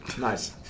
nice